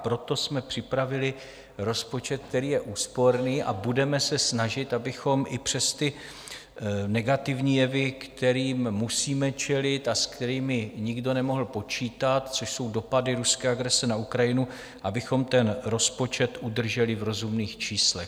Proto jsme připravili rozpočet, který je úsporný, a budeme se snažit, abychom i přes negativní jevy, kterým musíme čelit a s kterými nikdo nemohl počítat, což jsou dopady ruské agrese na Ukrajinu, abychom rozpočet udrželi v rozumných číslech.